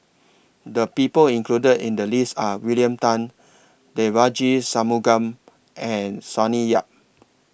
The People included in The list Are William Tan Devagi Sanmugam and Sonny Yap